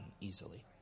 easily